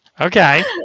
Okay